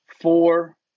four